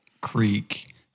Creek